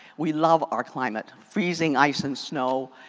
we love our climate. freezing ice and snow.